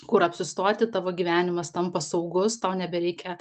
kur apsistoti tavo gyvenimas tampa saugus tau nebereikia